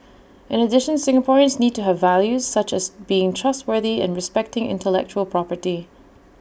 in addition Singaporeans need to have values such as being trustworthy and respecting intellectual property